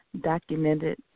documented